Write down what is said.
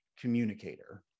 communicator